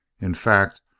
in fact,